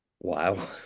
Wow